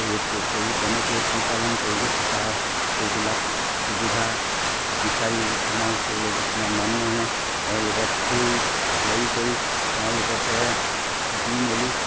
পুহি কেনেকৈ পোহপালন কৰি থাকা এইবিলাক সুবিধা বিচাৰি আমাৰ ওচৰলৈ কিছুমান মানুহ আহে তেওঁলোকক সেই হেৰি কৰি তেওঁলোককে দি মেলি